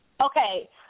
Okay